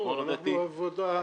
מדובר בעבודת צוות.